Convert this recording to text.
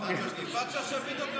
יפעת שאשא ביטון,